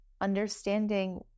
understanding